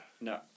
no